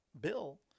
bill